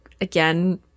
again